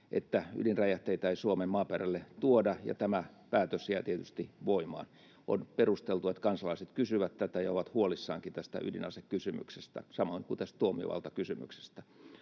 että ydinräjähteitä ei Suomen maaperälle tuoda, ja tämä päätös jää tietysti voimaan. On perusteltua, että kansalaiset kysyvät tätä ja ovat huolissaankin tästä ydinasekysymyksestä, samoin kuin tästä tuomiovaltakysymyksestä.